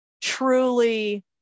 truly